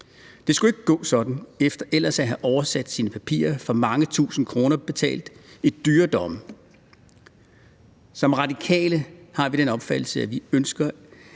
Det skulle ikke gå sådan efter ellers at have oversat sine papirer for mange tusinde kroner betalt i dyre domme. I Radikale har vi den opfattelse, at vi ikke